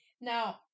Now